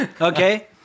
okay